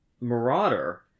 Marauder